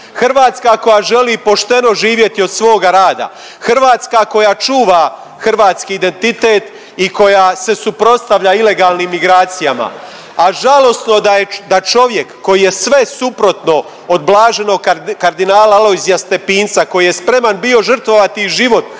Hrvatska koja želi pošteno živjeti od svoga rada, Hrvatska koja čuva hrvatski identitet i koja se suprotstavlja ilegalnim migracijama, a žalosno da čovjek koji je sve suprotno od blaženog kardinala Alojzija Stepinca koji je spreman bio žrtvovati i život